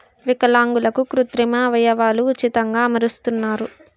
విలాంగులకు కృత్రిమ అవయవాలు ఉచితంగా అమరుస్తున్నారు